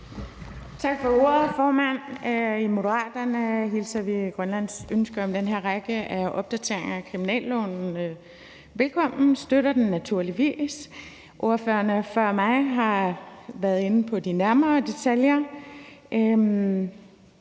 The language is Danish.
Tak for ordet, formand. I Moderaterne hilser vi Grønlands ønske om den her række af opdateringer af kriminalloven velkommen og støtter den naturligvis. Ordførerne før mig har været inde på de nærmere detaljer.